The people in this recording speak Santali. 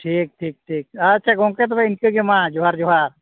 ᱴᱷᱤᱠ ᱴᱷᱤᱠ ᱟᱪᱪᱷᱟᱹ ᱜᱚᱝᱠᱮ ᱛᱚᱵᱮ ᱤᱱᱠᱟᱹᱜᱮ ᱢᱟ ᱡᱚᱸᱦᱟᱨ ᱡᱚᱸᱦᱟᱨ